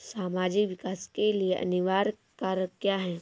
सामाजिक विकास के लिए अनिवार्य कारक क्या है?